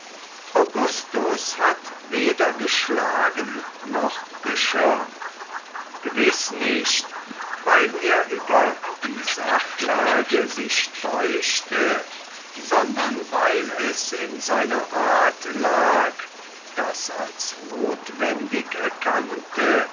augustus hat weder geschlagen noch geschirmt gewiß nicht weil er über die sachlage sich täuschte sondern weil es in seiner art lag das als notwendig erkannte